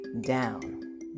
down